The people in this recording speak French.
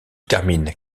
termine